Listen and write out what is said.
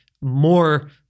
more